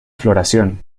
floración